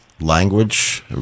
language